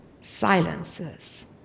silences